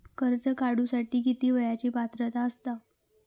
कर्ज काढूसाठी किती वयाची पात्रता असता?